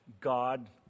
God